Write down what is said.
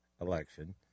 election